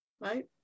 right